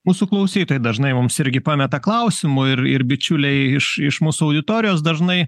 mūsų klausytojai dažnai mums irgi pameta klausimų ir ir bičiuliai iš iš mūsų auditorijos dažnai